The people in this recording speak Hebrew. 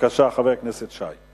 חבר הכנסת שי,